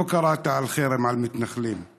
לא קראת לחרם על מתנחלים;